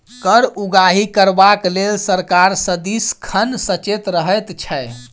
कर उगाही करबाक लेल सरकार सदिखन सचेत रहैत छै